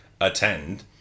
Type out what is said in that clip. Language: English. attend